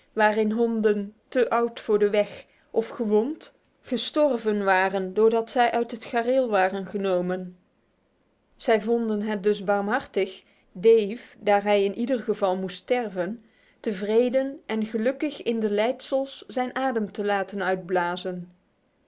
waarin honden te oud voor de weg of gewond gestorven waren doordat men hen uit het gareel had genomen zij vonden het dus barmhartig dave daar hij in ieder geval moest sterven tevreden en gelukkig in de leidsels zijn adem te laten uitblazen